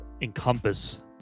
encompass